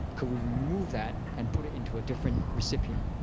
could we remove that and put it into a different recipient?